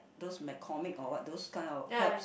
those McCormick or what those kind of herbs